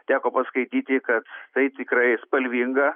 teko paskaityti kad tai tikrai spalvinga